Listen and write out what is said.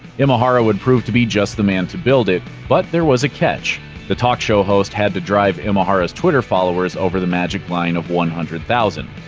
imahara would prove to be just the man to build it but there was a catch the talk show host had to drive imahara's twitter followers over the magic line of one hundred thousand.